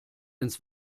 ins